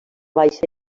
baixa